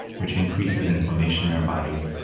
which increases inflammation in our bodies,